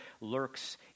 lurks